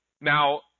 Now